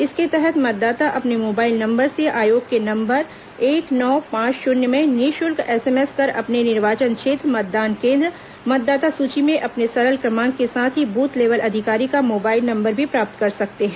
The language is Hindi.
इसके तहत मतदाता अपने मोबाइल नंबर से आयोग के नंबर एक नौ पांच शून्य में निःशुल्क एसएमएस कर अपने निर्वाचन क्षेत्र मतदान केंद्र मतदाता सूची में अपने सरल क्रमांक के साथ ही बूथ लेवल अधिकारी का मोबाइल नंबर भी प्राप्त कर सकते हैं